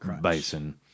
bison